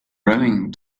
running